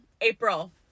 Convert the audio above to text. April